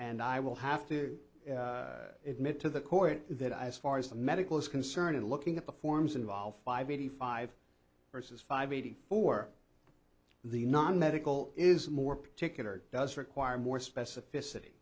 and i will have to admit to the court that ice far as the medical is concerned and looking at the forms involved five eighty five versus five eighty four the non medical is more particular does require more specificity